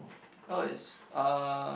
oh it's uh